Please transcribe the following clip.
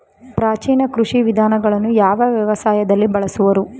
ಪ್ರಾಚೀನ ಕೃಷಿ ವಿಧಾನಗಳನ್ನು ಯಾವ ವ್ಯವಸಾಯದಲ್ಲಿ ಬಳಸುವರು?